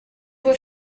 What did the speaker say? were